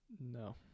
No